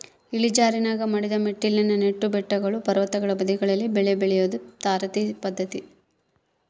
ಇಳಿಜಾರಿನಾಗ ಮಡಿದ ಮೆಟ್ಟಿಲಿನ ನೆಟ್ಟು ಬೆಟ್ಟಗಳು ಪರ್ವತಗಳ ಬದಿಗಳಲ್ಲಿ ಬೆಳೆ ಬೆಳಿಯೋದು ತಾರಸಿ ಪದ್ಧತಿ